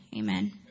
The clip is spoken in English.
amen